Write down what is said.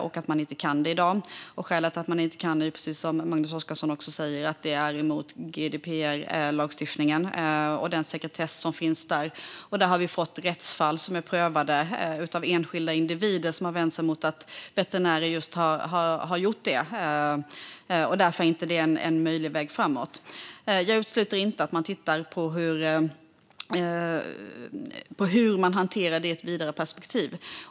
Det kan de inte göra i dag. Skälet är, precis som Magnus Oscarsson säger, att det är emot GDPR-lagstiftningen och den sekretess som finns där. Där har vi fått rättsfall som är prövade av enskilda individer som har vänt sig emot att veterinärer just har gjort det, och därför är det inte en möjlig väg framåt. Å ena sidan utesluter jag inte att man tittar på hur man hanterar det i ett vidare perspektiv.